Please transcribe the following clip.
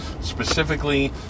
Specifically